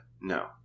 No